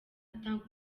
atanga